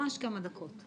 ממש כמה דקות.